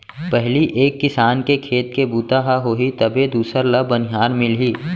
पहिली एक किसान के खेत के बूता ह होही तभे दूसर ल बनिहार मिलही